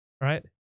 right